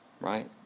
right